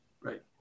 Right